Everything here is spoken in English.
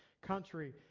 country